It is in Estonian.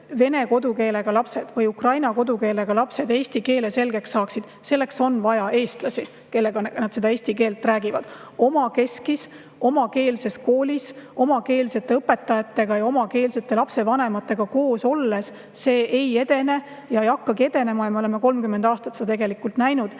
Selleks, et vene või ukraina kodukeelega lapsed eesti keele selgeks saaksid, on vaja eestlasi, kellega nad eesti keelt räägivad. Omakeskis, omakeelses koolis, omakeelsete õpetajatega ja omakeelsete lapsevanematega koos olles see ei edene ja ei hakkagi edenema. Me oleme 30 aastat seda tegelikult näinud.